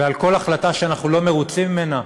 ועל כל החלטה שאנחנו לא מרוצים ממנה